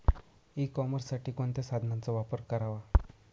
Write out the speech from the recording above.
E कॉमर्ससाठी कोणत्या साधनांचा वापर करावा?